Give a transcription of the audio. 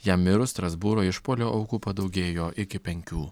jam mirus strasbūro išpuolio aukų padaugėjo iki penkių